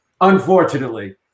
unfortunately